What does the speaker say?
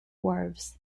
wharves